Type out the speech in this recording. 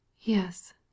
yes